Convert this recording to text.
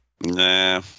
Nah